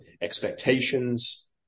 expectations